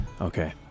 Okay